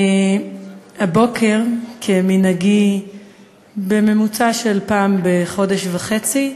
הבוקר, כמנהגי בממוצע של פעם בחודש וחצי,